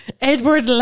Edward